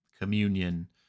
communion